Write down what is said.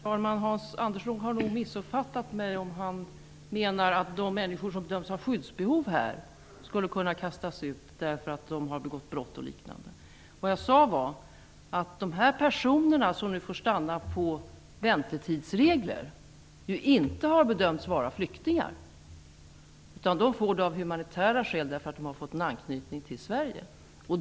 Herr talman! Hans Andersson har nog missuppfattat mig om han menar att de människor som här bedömts ha skyddsbehov skulle kunna kastats ut därför att de har begått brott och liknande. Vad jag sade var att de personer som får stanna enligt väntetidsregler inte har bedömts vara flyktingar. De får stanna av humanitära skäl, eftersom de har fått en anknytning till Sverige.